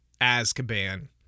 Azkaban